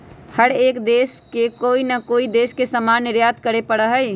हर एक देश के कोई ना कोई देश से सामान निर्यात करे पड़ा हई